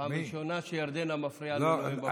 פעם ראשונה שירדנה מפריעה לי כשאני נואם בפודיום.